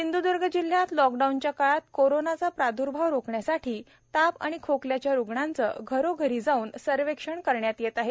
सिंध्दूर्ग जिल्ह्यात लॉकडाऊनच्या काळात कोरोनाचा प्रदूर्भाव रोखण्यासाठी ताप आणि खोकल्याच्या रूग्णांचं घरोघरी जाऊन सर्वेक्षण करण्यात येत आहे